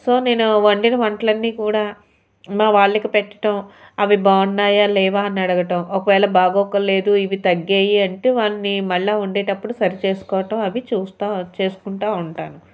so నేను వండిన వంటలన్నీ కూడా మా వాళ్ళకి పెట్టడం అవి బాగున్నాయా లేవా అని అడగడం ఒకవేళ బాగోలేదు ఇవి తగ్గాయి అంటే వాటిని మళ్ళీ వండేటప్పుడు సరి చేసుకోవటం అవి చూస్తూ చేసుకుంటూ ఉంటాను